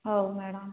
ହଉ ମ୍ୟାଡ଼ାମ